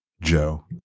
Joe